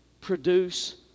produce